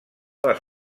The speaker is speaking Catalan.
les